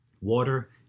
Water